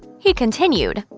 he continued,